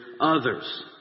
others